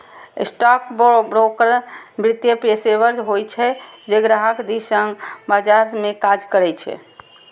stockbroker वित्तीय पेशेवर होइ छै, जे ग्राहक दिस सं बाजार मे काज करै छै